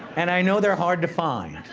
and i know they're hard to find.